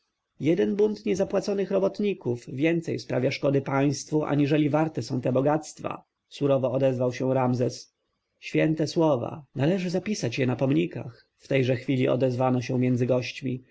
jeden bunt niezapłaconych robotników więcej sprawia szkody państwu aniżeli warte są te bogactwa surowo odezwał się ramzes święte słowa należy zapisać je na pomnikach w tejże chwili odezwano się między gośćmi